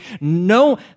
no